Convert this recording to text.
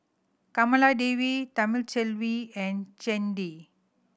Kamaladevi Thamizhavel and Chandi